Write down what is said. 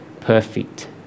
perfect